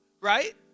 right